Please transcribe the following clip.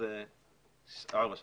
אז ארבע שנים.